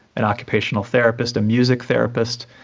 an occupational therapist, a music therapist,